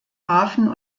hafen